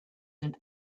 den